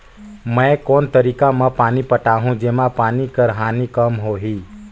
मैं कोन तरीका म पानी पटाहूं जेमा पानी कर हानि कम होही?